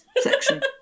section